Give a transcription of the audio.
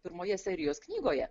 pirmoje serijos knygoje